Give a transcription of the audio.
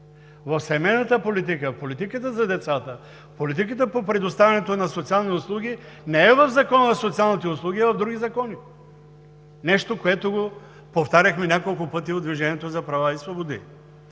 в семейната политика, в политиката за децата, в политиката по предоставянето на социални услуги не е в Закона за социалните услуги, а в други закони – нещо, което го повтаряхме няколко пъти от „Движението за права и свободи“.